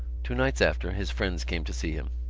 two nights after, his friends came to see him.